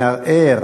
מערער,